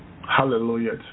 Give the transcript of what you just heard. Hallelujah